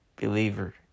believer